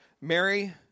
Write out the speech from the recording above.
Mary